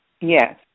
Yes